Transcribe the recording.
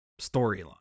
storyline